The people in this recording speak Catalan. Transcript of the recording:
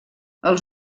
els